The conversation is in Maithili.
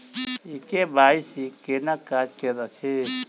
ई के.वाई.सी केना काज करैत अछि?